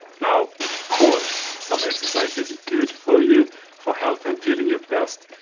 now of course some exercise is good for you for health and feeling your best,